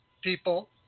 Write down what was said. people